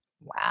Wow